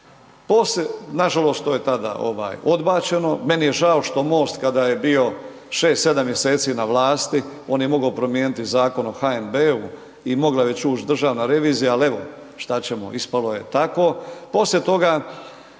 nažalost to je tada odbačeno, meni je žao što MOST kada je bio 6, 7 mjeseci na vlasti, on je mogao promijeniti Zakon o HNB-u i mogla je već ući državna revizija ali evo šta ćemo ispalo je tako.